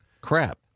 Crap